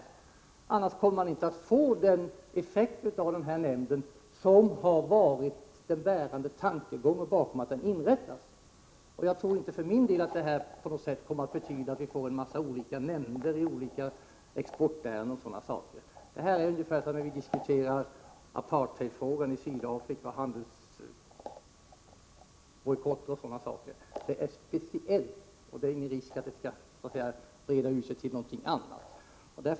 I annat fall kommer man inte att få den effekt av nämnden som har varit den bärande tankegången bakom inrättandet. Jag tror inte för min del att inrättandet av denna nämnd kommer att betyda att vi får en massa olika nämnder i exportärenden och liknande. Detta påminner om när vi diskuterar handelsbojkotter och apartheidfrågan i Sydafrika. Det rör sig om alldeles speciella frågor, och det är ingen risk att det skall spridas till att gälla en mängd andra ärenden.